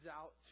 out